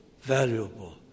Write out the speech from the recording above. valuable